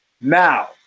Now